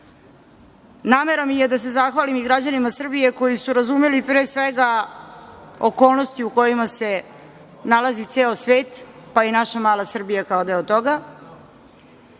mi je da se zahvalim i građanima Srbije koji su razumeli pre svega okolnosti u kojima se nalazi ceo svet, pa i naša mala Srbija kao deo toga,